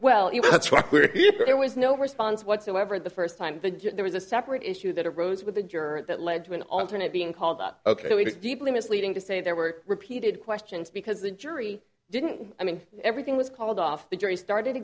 why there was no response whatsoever the first time the there was a separate issue that arose with the juror that led to an alternate being called up ok we deeply misleading to say there were repeated questions because the jury didn't i mean everything was called off the jury started